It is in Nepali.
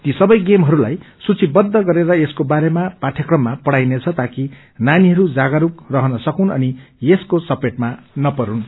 तीव सबै गेमहरूलाईसूचिबद्ध गरेर यसको बारेमा पाठयक्रममा पढ़ाईनेछ ताकि नानीहरू जागरूक रहन सकून अनि यसको चपेटमा नपरून्